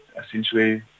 essentially